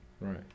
right